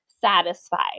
satisfied